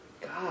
God